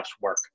work